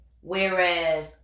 whereas